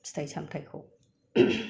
फिथाय सामथायखौ